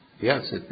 yes